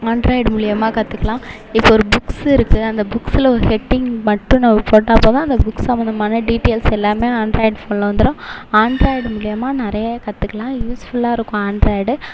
Android மூலியமாக கத்துக்கலாம் இப்போ ஒரு புக்ஸ் இருக்கு அந்த புக்ஸில் ஒரு ஹெட்டிங் மட்டும் நம்ம போட்டால் போதும் அந்த புக்ஸ் சம்மந்தமான டீட்டெயில்ஸ் எல்லாம் ஆண்ட்ராய்டு ஃபோன்ல வந்துடும் ஆண்ட்ராய்டு மூலியமாக நிறைய கத்துக்கலாம் யூஸ்ஃபுல்லாக இருக்கும் ஆண்ட்ராய்டு